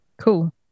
cool